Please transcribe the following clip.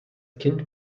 kind